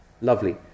Lovely